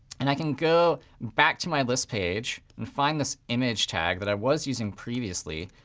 and i can go back to my list page and find this image tag that i was using previously.